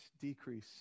decrease